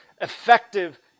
effective